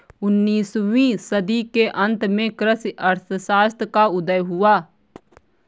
उन्नीस वीं सदी के अंत में कृषि अर्थशास्त्र का उदय हुआ